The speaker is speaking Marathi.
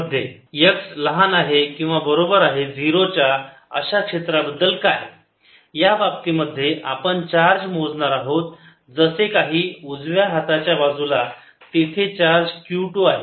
E 14π0 q yjzk diy2z2d232 14π0 q1 yjzkdiy2z2d232 for x≥0 X लहान आहे किंवा बरोबर आहे 0 च्या अशा क्षेत्राबद्दल काय या बाबतीमध्ये आपण चार्ज मोजणार आहोत जसे काही उजव्या हाताच्या बाजूला तेथे चार्ज q 2 आहे